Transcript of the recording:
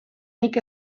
nik